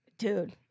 Dude